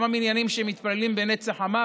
גם המניינים שמתפללים בהנץ החמה,